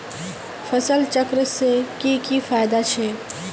फसल चक्र से की की फायदा छे?